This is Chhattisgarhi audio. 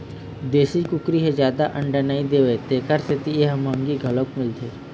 देशी कुकरी ह जादा अंडा नइ देवय तेखर सेती ए ह मंहगी घलोक मिलथे